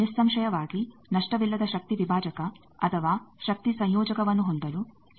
ಈಗ ನಿಸ್ಸಂಶಯವಾಗಿ ನಷ್ಟವಿಲ್ಲದ ಶಕ್ತಿ ವಿಭಾಜಕ ಅಥವಾ ಶಕ್ತಿ ಸಂಯೋಜಕವನ್ನು ಹೊಂದಲು ಯಾವಾಗಲೂ ಬಯಸಲಾಗುತ್ತದೆ